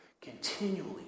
Continually